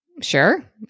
Sure